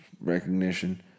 recognition